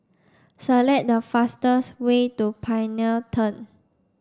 select the fastest way to Pioneer Turn